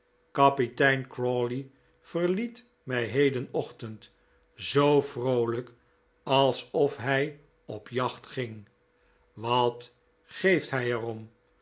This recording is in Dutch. kapitein crawley verliet mij hedenochtend zoo vroolijk alsof hij op jacht ging wat geeft hij er